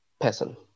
person